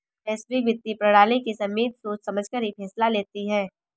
वैश्विक वित्तीय प्रणाली की समिति सोच समझकर ही फैसला लेती है